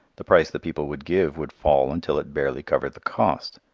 the price that people would give would fall until it barely covered the cost,